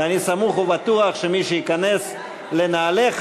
ואני סמוך ובטוח שמי שייכנס לנעליך,